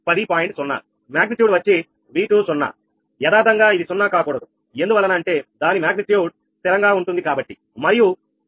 0 magnitude వచ్చి 𝑉20 యదార్ధంగా ఇది సున్నా కాకూడదు ఎందువలన అంటే దాని మాగ్నిట్యూడ్ స్థిరంగా ఉంటుంది కాబట్టి మరియు 𝛿20 0